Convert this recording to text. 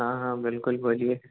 हाँ हाँ बिल्कुल बोलिए